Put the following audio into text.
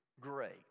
great